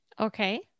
Okay